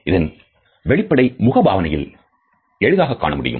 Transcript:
இதன் வெளிப்படை முகபாவனையில் எளிதாக காண முடியும்